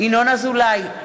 ינון אזולאי,